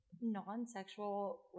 Non-sexual